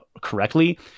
correctly